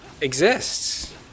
exists